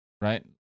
right